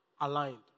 aligned